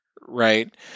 right